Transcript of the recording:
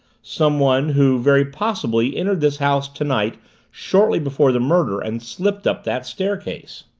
someone, who very possibly entered this house tonight shortly before the murder and slipped up that staircase!